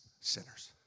sinners